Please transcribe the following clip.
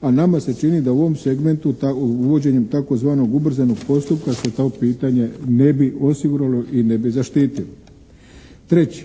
a nama se čini da u ovom segmentu uvođenjem tzv. ubrzanog postupka se to pitanje ne bi osiguralo i ne bi zaštitilo. Treće,